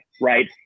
right